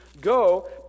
go